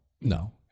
No